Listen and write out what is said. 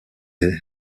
est